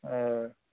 ओ